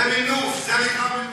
זה נקרא מינוף.